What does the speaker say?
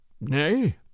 Nay